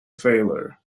valour